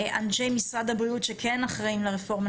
אנשי משרד הבריאות שכן אחראים לרפורמה,